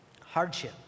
Hardship